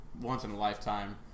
once-in-a-lifetime